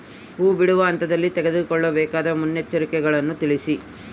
ಹೂ ಬಿಡುವ ಹಂತದಲ್ಲಿ ತೆಗೆದುಕೊಳ್ಳಬೇಕಾದ ಮುನ್ನೆಚ್ಚರಿಕೆಗಳನ್ನು ತಿಳಿಸಿ?